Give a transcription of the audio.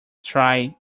try